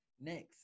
Next